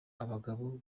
abagabo